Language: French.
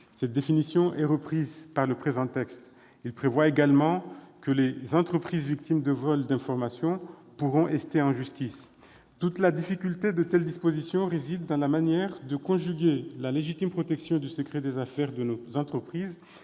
Cette définition est reprise par le présent texte, qui prévoit également que les entreprises victimes de vols d'informations pourront ester en justice. Toute la difficulté de telles dispositions réside dans la manière de conjuguer la légitime protection du secret des affaires de nos entreprises